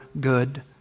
good